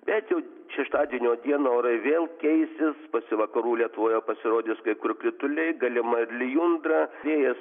bet jau šeštadienio dieną orai vėl keisis pasi vakarų lietuvoje pasirodys kai kur krituliai galima ir lijundra vėjas